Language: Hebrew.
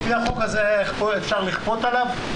לפי החוק הזה, אפשר לכפות עליו?